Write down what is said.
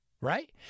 right